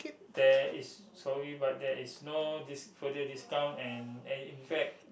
there is so you must there is no this further discount and and in fact